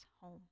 home